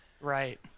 Right